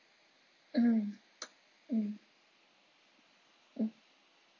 mm mm mm